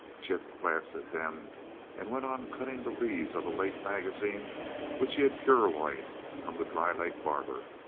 chip glanced at them and went on cutting the leaves of a late magazine which he had purloined from the dry lake barber.